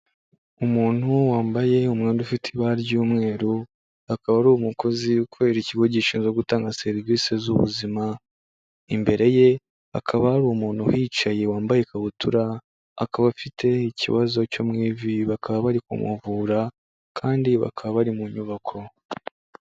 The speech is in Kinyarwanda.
Umuntu wambaye umwenda ufite ibara ry'umweru akaba ari umukozi ukorera ikigo gishinzwe gutanga serivisi z'ubuzima, imbere ye hakaba hari umuntu uhicaye wambaye ikabutura, akaba afite ikibazo cyo mu ivi bakaba bari kumuvura kandi bakaba bari mu nyubako.